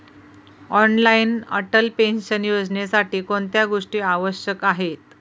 Online Atal pension योजनेसाठी कोणत्या गोष्टी आवश्यक आहेत?